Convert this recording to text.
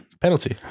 penalty